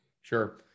sure